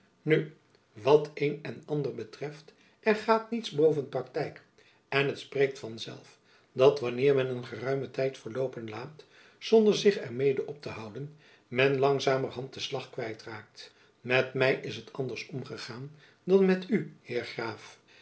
nu wat een en ander betreft er gaat niets boven praktijk en t spreekt van zelf dat wanneer men een geruimen tijd verloopen laat zonder zich er mede op te houden men langzamerhand den slag kwijt raakt met my is het andersom gegaan dan met u heer graaf